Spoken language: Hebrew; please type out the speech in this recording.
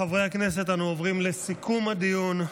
חברי הכנסת, אנו עוברים לסיכום הדיון.